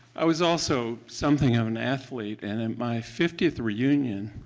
i was also something of an athlete, and at my fiftieth reunion,